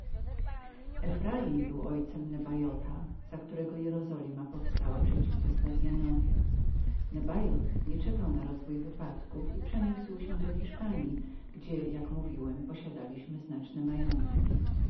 efraim był ojcem nabaiotha za którego jerozolima powstała przeciw wespazyanowi nabaioth nie czekał wypadków i przeniósł się do hiszpanji gdzie jak mówiłem posiadaliśmy znaczne majątki